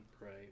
right